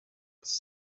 was